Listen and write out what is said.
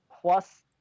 plus